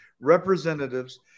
representatives